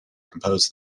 compose